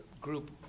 group